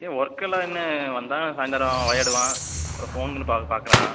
ஏ work எல்லாம் என்ன வந்தா சாய்ந்திரம் விளையாடுவான் அப்புறம் ஃபோனு கீனு பா பார்க்குறான்